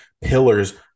pillars